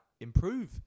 improve